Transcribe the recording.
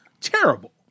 terrible